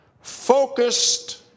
focused